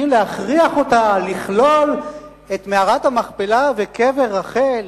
צריכים להכריח אותה לכלול את מערת המכפלה ואת קבר רחל